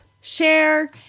share